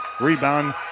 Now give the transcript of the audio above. Rebound